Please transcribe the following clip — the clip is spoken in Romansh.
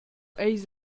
eis